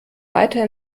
weiter